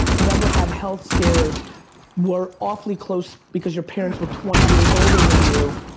never had health scares were awfully close because your parents were twenty years older than you.